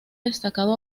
destacado